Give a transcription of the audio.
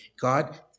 God